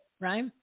right